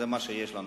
זה מה שיש לנו,